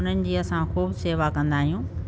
उन्हनि जी असां ख़ूब सेवा कंदा आहियूं